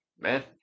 Man